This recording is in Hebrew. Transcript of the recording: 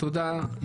אוקיי, תודה.